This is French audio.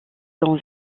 dans